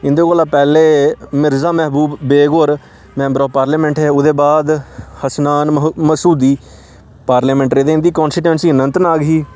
इंदे कोला पैह्लें मिर्जा मह्बूब बेग होर मैम्बर ऑफ पार्लमेंट हे ओह्दे बाद हसनान मसूदी पार्लमेंट रेह्दे इंदी कांस्टीट्युंसी अनंतनाग ही